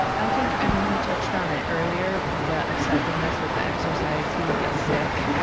i think, i mean he touched on it earlier, the obsessiveness with the exercise. he would get sick.